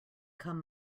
come